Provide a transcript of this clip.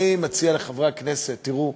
אני מציע לחברי הכנסת, תראו,